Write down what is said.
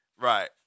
Right